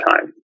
time